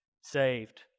saved